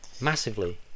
massively